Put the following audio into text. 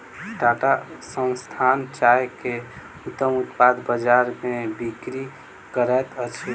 टाटा संस्थान चाय के उत्तम उत्पाद बजार में बिक्री करैत अछि